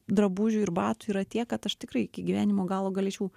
drabužių ir batų yra tiek kad aš tikrai iki gyvenimo galo galėčiau